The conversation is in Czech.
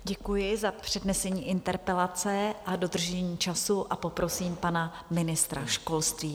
Děkuji za přednesení interpelace a dodržení času a poprosím pana ministra školství.